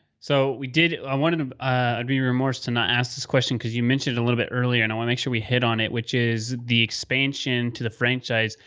so we did, i wanted, i'd be in remorse to not ask this question, because you mentioned a little bit earlier and i wanna make sure we hit on it, which is the expansion to the franchise,